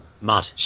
Mud